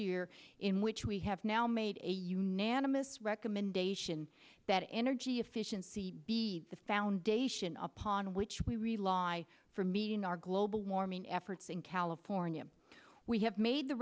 year in which we have now made a unanimous recommendation that energy efficiency be the foundation upon which we rely for meeting our global warming efforts in california we have made the